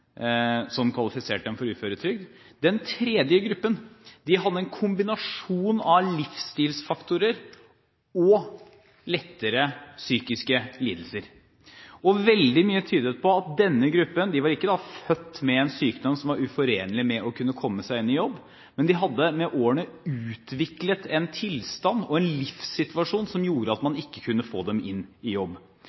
som kvalifiserte dem for uføretrygd. Den tredje gruppen hadde en kombinasjon av livsstilsfaktorer og lettere psykiske lidelser. Veldig mye tydet på at denne gruppen, som da ikke var født med en sykdom som var uforenlig med å kunne komme seg inn i jobb, med årene hadde utviklet en tilstand og en livssituasjon som gjorde at man ikke kunne få dem inn i jobb.